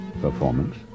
performance